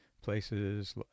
places